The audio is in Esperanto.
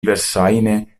verŝajne